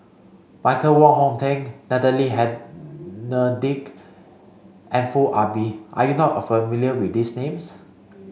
Michael Wong Hong Teng Natalie Hennedige and Foo Ah Bee are you not familiar with these names